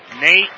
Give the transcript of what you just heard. Nate